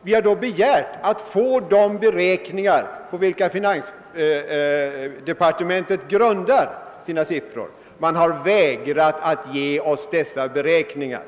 och vi har då begärt att få ta del av de beräkningar på vilka finansdepartementet grundat sitt ställningstagande. Men man har vägrat ge oss dessa beräkningar.